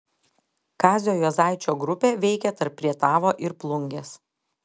kazio juozaičio grupė veikė tarp rietavo ir plungės